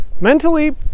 mentally